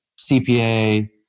CPA